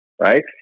Right